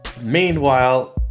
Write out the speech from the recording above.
Meanwhile